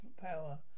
power